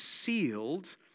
sealed